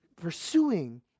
pursuing